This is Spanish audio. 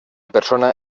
persona